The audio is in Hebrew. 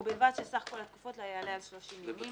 ובלבד שסך כל התקופות לא יעלה על 30 ימים.